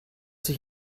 sich